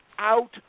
out